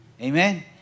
Amen